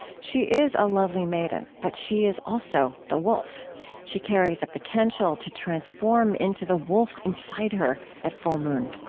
she is a lovely maiden, but she is also the wolf she carries a potential to transform into the wolf inside her at full moon